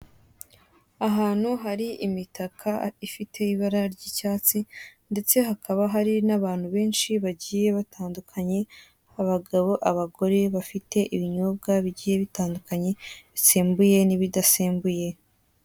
Ahantu hari imitaka ifite ibara ry'icyatsi, ndetse hakaba hari n'abantu benshi bagiye batandukanye, abagabo abagore bafite ibinyobwa bigiye bitandukanye, bisembuye n'ibidasembuye.